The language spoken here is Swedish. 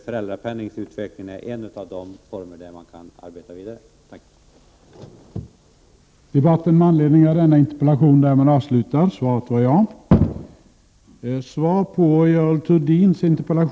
Föräldrapenningen är en av de stödformer som man kan arbeta vidare med.